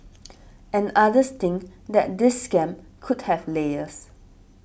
and others think that this scam could have layers